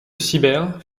sibert